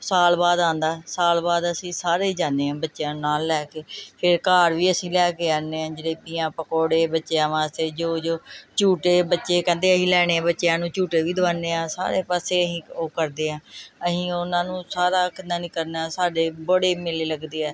ਸਾਲ ਬਾਅਦ ਆਉਂਦਾ ਸਾਲ ਬਾਅਦ ਅਸੀਂ ਸਾਰੇ ਹੀ ਜਾਂਦੇ ਹਾਂ ਬੱਚਿਆਂ ਨੂੰ ਨਾਲ ਲੈ ਕੇ ਫਿਰ ਘਰ ਵੀ ਅਸੀਂ ਲੈ ਕੇ ਆਉਂਦੇ ਹਾਂ ਜਲੇਬੀਆਂ ਪਕੌੜੇ ਬੱਚਿਆਂ ਵਾਸਤੇ ਜੋ ਜੋ ਝੂਟੇ ਬੱਚੇ ਕਹਿੰਦੇ ਅਸੀਂ ਲੈਣੇ ਬੱਚਿਆਂ ਨੂੰ ਝੂਟੇ ਵੀ ਦਿਵਾਉਂਦੇ ਹਾਂ ਸਾਰੇ ਪਾਸੇ ਅਸੀਂ ਉਹ ਕਰਦੇ ਹਾਂ ਅਸੀਂ ਉਹਨਾਂ ਨੂੰ ਸਾਰਾ ਕਿੱਦਾਂ ਨਹੀਂ ਕਰਨਾ ਸਾਡੇ ਬੜੇ ਮੇਲੇ ਲੱਗਦੇ ਹੈ